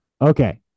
okay